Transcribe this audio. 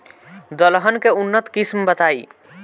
दलहन के उन्नत किस्म बताई?